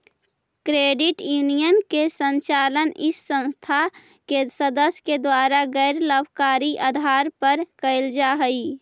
credit union के संचालन इस संस्था के सदस्य के द्वारा गैर लाभकारी आधार पर कैल जा हइ